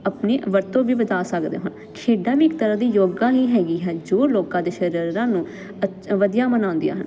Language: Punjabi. ਆਪਣੀ ਵਰਤੋਂ ਵੀ ਵਧਾ ਸਕਦੇ ਹਾਂ ਖੇਡਾਂ ਵੀ ਇੱਕ ਤਰ੍ਹਾਂ ਦੀ ਯੋਗਾ ਹੀ ਹੈਗੀ ਹੈ ਜੋ ਲੋਕਾਂ ਦੇ ਸਰੀਰਾਂ ਨੂੰ ਅੱ ਵਧੀਆ ਬਣਾਉਂਦੀਆਂ ਹਨ